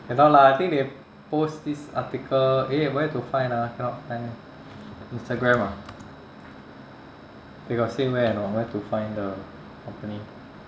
cannot lah I think they post this article eh where to find ah cannot find eh instagram ah they got say where or not where to find the company